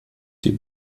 die